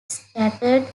scattered